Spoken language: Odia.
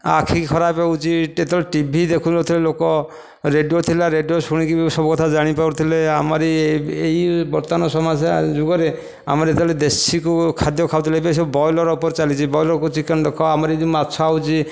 ଆଖି ଖରାପ ହୋଉଚି ସେତେବେଳେ ଟିଭି ଦେଖୁ ନଥିଲେ ଲୋକ ରେଡ଼ିଓ ଥିଲା ରେଡ଼ିଓ ଶୁଣିକି ସବୁ କଥା ଜାଣି ପାରୁଥିଲେ ଆମରି ଏହି ବର୍ତ୍ତମାନ ସମସ୍ୟା ଯୁଗରେ ଆମର ଯେତେବେଳ ଦେଶୀ ଖାଦ୍ୟ ଖାଉଥିଲେ ଏବେ ସବୁ ବ୍ରଏଲର ଉପରେ ଚାଲିଛି ବ୍ରଏଲର ଚିକେନ ଦେଖ ଆମର ଯେଉଁ ମାଛ ଆସୁଛି